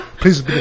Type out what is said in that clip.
Please